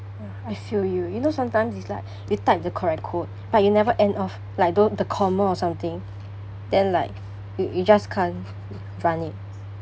I feel you you know sometimes it's like you type the correct code but you never end off like don't the comma or something then like y~ you just can't run it